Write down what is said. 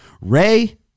Ray